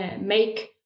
make